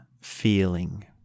feeling